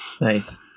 Nice